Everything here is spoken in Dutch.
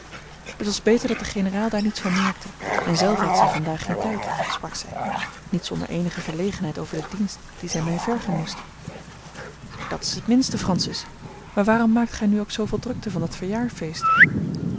het was beter dat de generaal daar niets van merkte en zelve had zij vandaag geen tijd sprak zij niet zonder eenige verlegenheid over den dienst dien zij mij vergen moest dat is het minste francis maar waarom maakt gij nu ook zooveel drukte van dat